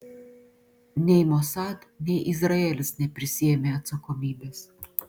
nei mossad nei izraelis neprisiėmė atsakomybės